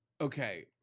okay